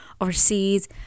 overseas